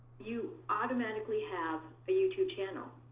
you automatically have a youtube channel.